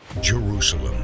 Jerusalem